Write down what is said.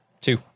Two